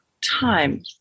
time